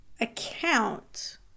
account